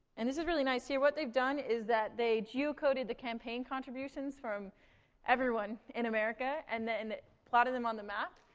and this is really nice here. what they've done is that they geocoded the campaign contributions from everyone in america, and then plotted them on the map.